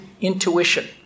intuition